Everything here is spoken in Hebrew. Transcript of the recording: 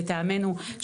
לטעמנו,